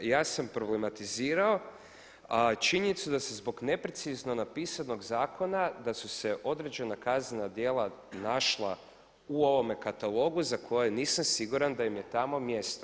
Ja sam problematizirao a činjenica da se zbog neprecizno napisanog zakona da su se određena kaznena djela našla u ovome katalogu za koje nisam siguran da im je tamo mjesto.